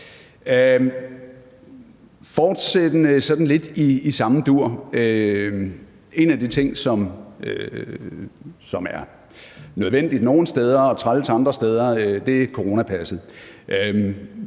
Fortsættende lidt i samme dur er en af de ting, som er nødvendig nogle steder og træls andre steder, coronapasset.